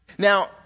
Now